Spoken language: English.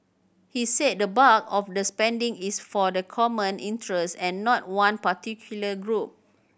he said the bulk of the spending is for the common interest and not one particular group